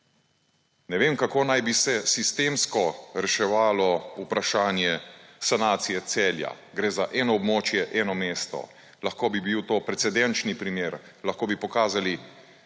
Ne vem, kako naj bi se sistemsko reševalo vprašanje sanacije Celja. Gre za eno območje, eno mesto. Lahko bi bil to precedenčni primer, lahko bi pokazali,